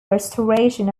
restoration